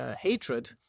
hatred